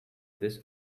this